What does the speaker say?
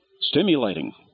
Stimulating